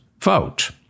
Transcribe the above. vote